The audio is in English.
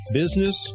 business